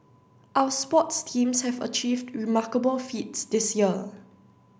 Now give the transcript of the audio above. our sports teams have achieved remarkable feats this year